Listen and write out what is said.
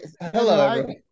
hello